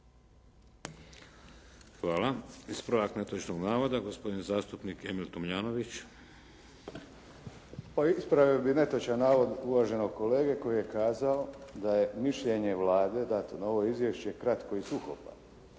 Hvala. Ispravak netočnog navoda, gospodin zastupnik Emil Tomljanović. **Tomljanović, Emil (HDZ)** Pa ispravio bih netočan navod uvaženog kolege koji je kazao da je mišljenje Vlade dato na ovo izvješće kratko i suhoparno.